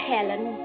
Helen